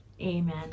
Amen